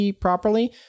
properly